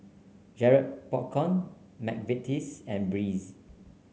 Garrett Popcorn McVitie's and Breeze